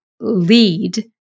lead